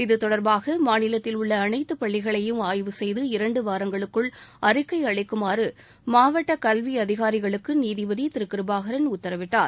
இது தொடர்பாக மாநிலத்தில் உள்ள அனைத்து பள்ளிகளையும் ஆய்வு செய்து இரண்டு வாரங்களுக்குள் அறிக்கை அளிக்குமாறு மாவட்ட கல்வி அதிகாரிகளுக்கு நீதிபதி திருகிருபாகரன் உத்தரவிட்டார்